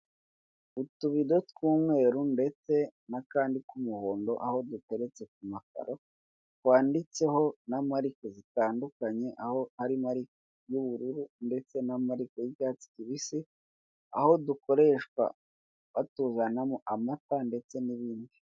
Utubido tw'umweru ndetse n'akandi k'umuhondo, aho duteretse ku makaro twanditseho na marike zitandukanye aho hari marike y'ubururu ndetse na marike y'icyatsi kibisi, aho dukoreshwa batuzanamo amata ndetse n'ibindi.